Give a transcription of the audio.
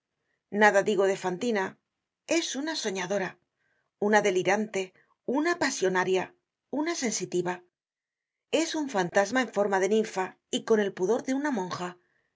nada digo de fantina es una soñadora una delirante una pasionaria una sensitiva es un fantasma en forma de ninfa y con el pudor de una monja que